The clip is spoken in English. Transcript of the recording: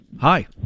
Hi